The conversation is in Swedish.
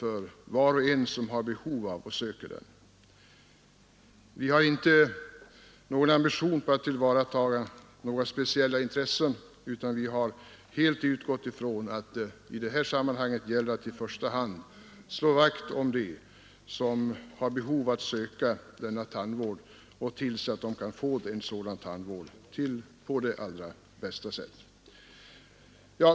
Vi har inte varit ute för att tillvarataga några speciella gruppers intressen, utan vi har helt utgått från att det i det här sammanhanget i första hand gäller att slå vakt om dem som har behov av att söka denna tandvård och tillse att de kan få den på allra bästa sätt.